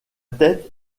tête